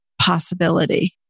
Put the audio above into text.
possibility